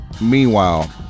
Meanwhile